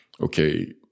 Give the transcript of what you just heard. okay